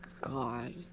God